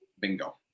Bingo